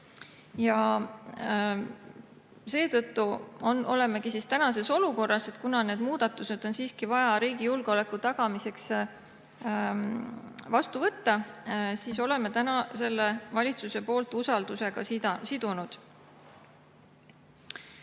ja seetõttu olemegi tänases olukorras. Kuna need muudatused on siiski vaja riigi julgeoleku tagamiseks vastu võtta, siis oleme täna selle valitsuse usaldusega sidunud.